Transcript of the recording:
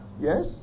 Yes